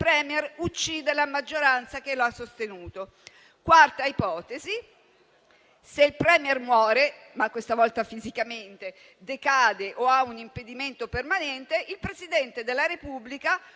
il *Premier* uccide la maggioranza che lo ha sostenuto. Quarta ipotesi: se il *Premier* muore, ma questa volta fisicamente, decade o ha un impedimento permanente, il Presidente della Repubblica